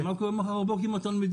אבל מה קורה מחר בבוקר עם התלמידים?